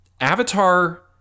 Avatar